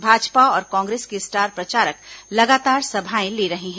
भाजपा और कांग्रेस के स्टार प्रचारक लगातार सभाएं ले रहे हैं